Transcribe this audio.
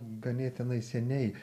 ganėtinai seniai